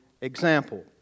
example